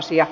asia